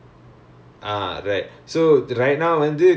I understand ya